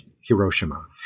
Hiroshima